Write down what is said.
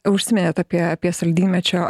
užsiminėt apie apie saldymedžio